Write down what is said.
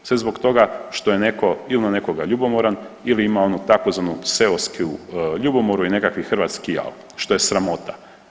Sve zbog toga što je netko ili na nekoga ljubomoran ili ima onu tzv. seosku ljubomoru i nekakav hrvatski jal, što je sramota.